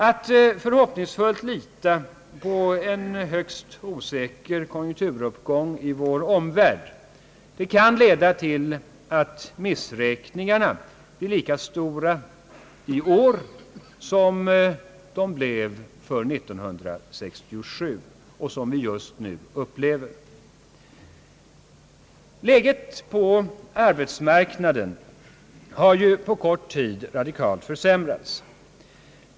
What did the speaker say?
Att förhoppningsfullt lita på en högst osäker konjunkturuppgång i vår omvärld kan leda till att missräkningarna blir lika stora i år som de blev för 1967 och som vi just nu upplever. Läget på arbetsmarknaden har ju på kort tid radikalt försämrats.